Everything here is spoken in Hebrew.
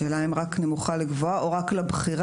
השאלה אם רק נמוכה לגבוהה או רק לבכירה,